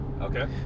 Okay